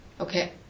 Okay